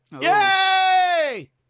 Yay